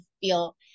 feel